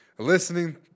Listening